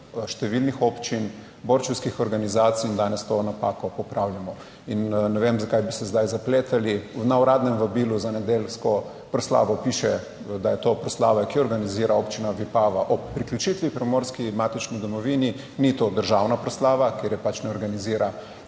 številnih občin, borčevskih organizacij in danes to napako popravljamo in ne vem, zakaj bi se zdaj zapletali. Na uradnem vabilu za nedeljsko proslavo piše, da je to proslava, ki jo organizira občina Vipava ob priključitvi Primorski matični domovini, ni to državna proslava, ker je pač ne organizira